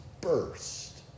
burst